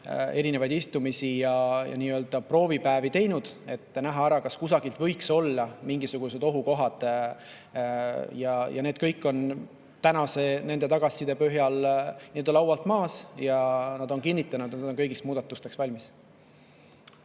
erinevaid istumisi ja nii-öelda proovipäevi, et näha, kas kusagil võiks olla mingisugused ohukohad. Need kõik on nende tagasiside põhjal nii-öelda laualt maas ja nad on kinnitanud, et nad on kõigiks muudatusteks valmis.